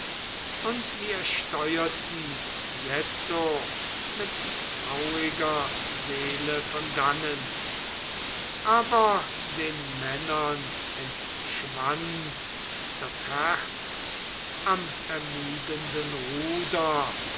und wir steuerten jetzo mit trauriger seele von dannen aber den männern entschwand das herz am ermüdenden ruder